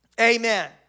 Amen